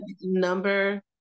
number